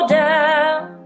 down